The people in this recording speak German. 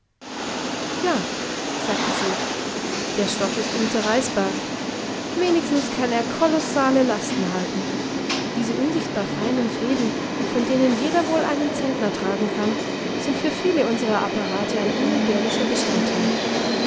ja sagte se der stoff ist unzerreißbar wenigstens kann er kolossale lasten halten diese unsichtbar feinen fäden von denen jeder wohl einen zentner tragen kann sind für viele unserer apparate ein unentbehrlicher bestandteil